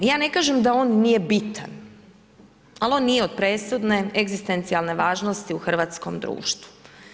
Ja ne kažem da on nije bitan, ali on nije od presudne egzistencijalne važnosti u hrvatskom društvu.